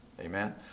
amen